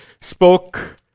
spoke